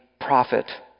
prophet